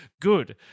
good